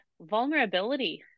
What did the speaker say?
vulnerability